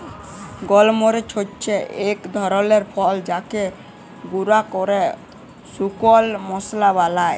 গল মরিচ হচ্যে এক ধরলের ফল যাকে গুঁরা ক্যরে শুকল মশলা বালায়